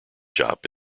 shop